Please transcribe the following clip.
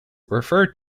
referred